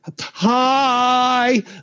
hi